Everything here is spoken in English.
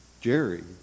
Jerry